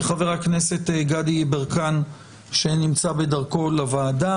וחבר הכנסת גדי יברקן שנמצא בדרכו לוועדה.